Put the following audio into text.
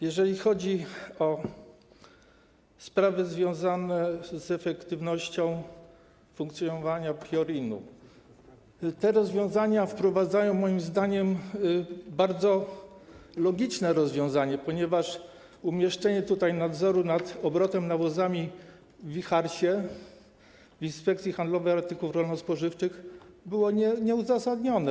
Jeżeli chodzi o sprawy związane z efektywnością funkcjonowania PIORiN-u, te rozwiązania wprowadzają moim zdaniem bardzo logiczne rozwiązanie, ponieważ umieszczenie nadzoru nad obrotem nawozami w IJHARS-ie, tj. inspekcji handlowej artykułów rolno-spożywczych, było nieuzasadnione.